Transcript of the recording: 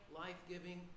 life-giving